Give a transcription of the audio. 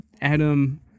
Adam